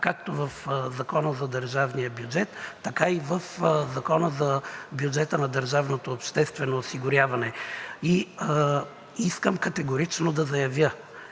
както в Закона за държавния бюджет, така и в Закона за бюджета на държавното обществено осигуряване. Искам категорично да заявя,